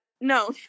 no